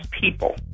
people